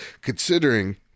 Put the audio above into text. considering